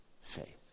faith